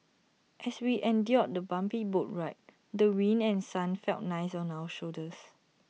as we endured the bumpy boat ride the wind and sun felt nice on our shoulders